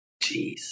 Jeez